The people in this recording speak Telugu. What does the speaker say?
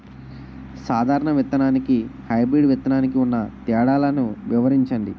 సాధారణ విత్తననికి, హైబ్రిడ్ విత్తనానికి ఉన్న తేడాలను వివరించండి?